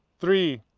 three.